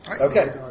Okay